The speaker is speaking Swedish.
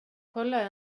kolla